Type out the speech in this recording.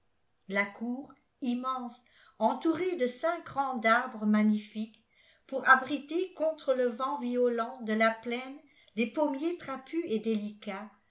la cour immense entourée de cinq rangs d'arbres magnifiques pour abriter contre te vent violent de la plaine les pommiers trapus et délicats